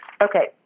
Okay